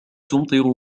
تمطر